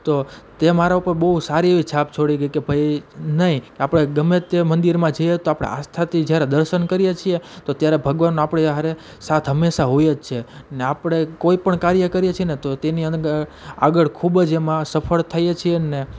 તો તે મારા ઉપર બહુ સારી એવી છાપ છોડી કે કે ભાઈ નહીં કે આપણે ગમે તે મંદિરમાં જઈએ તો આપણે આસ્થાથી જ્યારે દર્શન કરીએ છીએ તો ત્યારે ભગવાનનો આપણી હારે સાથે હંમેશા હોય જ છે ને આપણે કોઈપણ કાર્ય કરીએ છીએ ને તો તેની આગળ ખૂબ જ એમાં સફળ થઈએ છીએ ને